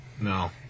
No